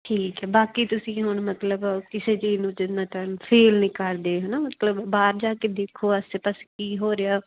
ਠੀਕ ਹੈ ਬਾਕੀ ਤੁਸੀਂ ਹੁਣ ਮਤਲਬ ਕਿਸੇ ਚੀਜ਼ ਨੂੰ ਜਿੰਨਾ ਟੈਮ ਫੀਲ ਨਹੀਂ ਕਰਦੇ ਹੈ ਨਾ ਮਤਲਬ ਬਾਹਰ ਜਾ ਕੇ ਦੇਖੋ ਆਸੇ ਪਾਸੇ ਕੀ ਹੋ ਰਿਹਾ